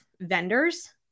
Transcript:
vendors